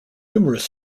numerous